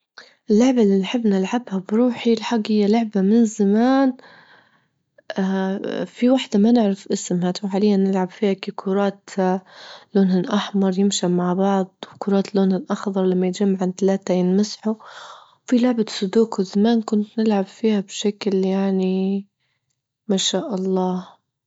اللعبة اللي نحب نلعبها بروحي الحج هي لعبة من زمان في واحدة ما نعرف اسمها توا حاليا نلعب فيها، هيكي كرات لونهن أحمر يمشن مع بعض، وكرات لونهن أخضر لما يتجمعون تلاتة يتمسحوا، وفي لعبة سودوكو زمان كنت نلعب فيها بشكل يعني ما شاء الله.